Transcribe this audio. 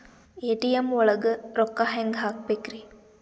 ATM ಒಳಗ್ ರೊಕ್ಕ ಹೆಂಗ್ ಹ್ಹಾಕ್ಬೇಕ್ರಿ?